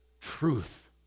truth